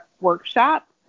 workshop